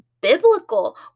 biblical